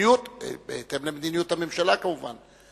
בהתאם למדיניות הממשלה, כמובן.